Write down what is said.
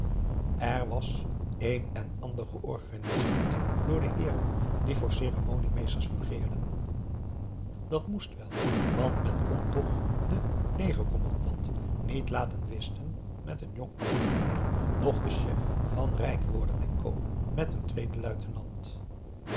er was een en ander georganiseerd door de heeren die voor ceremoniemeesters fungeerden dat moest wel want men kon toch den legercommandant niet laten whisten met een jong ambtenaar noch den chef van rijkworden en co met een tweeden luitenant